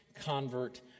convert